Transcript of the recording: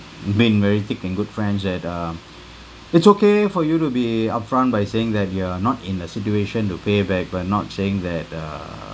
being very thick and good friends that um it's okay for you to be upfront by saying that you are not in a situation to pay back but not saying that err